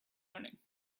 learning